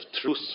truth